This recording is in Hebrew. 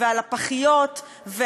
על הפחיות,